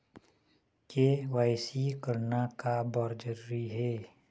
KYC करना का बर जरूरी हे?